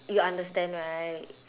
you understand right